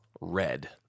red